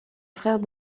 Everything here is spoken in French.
frère